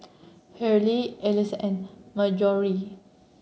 Hillard Elease and